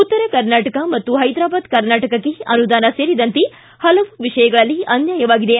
ಉತ್ತರ ಕರ್ನಾಟಕ ಮತ್ತು ಹೈದರಾಬಾದ್ ಕರ್ನಾಟಕಕ್ಕೆ ಅನುದಾನ ಸೇರಿದಂತೆ ಹಲವು ವಿಷಯಗಳಲ್ಲಿ ಅನ್ಯಾಯವಾಗಿದೆ